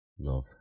love